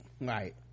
Right